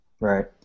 Right